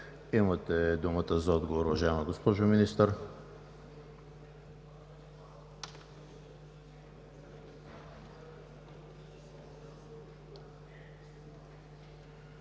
Имате думата за отговор, уважаема госпожо Министър.